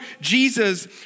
Jesus